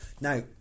Now